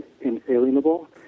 inalienable